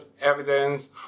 evidence